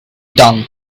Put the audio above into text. done